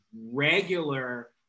regular